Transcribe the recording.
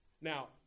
Now